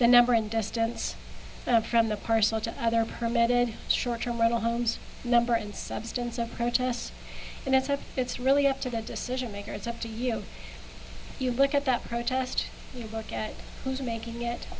the number and distance from the parcel to other permit it short term rental homes number and substance of protests and that's what it's really up to the decision maker it's up to you you look at that protest you look at who's making